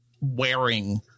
wearing